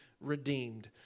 redeemed